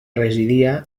residia